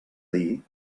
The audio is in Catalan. dir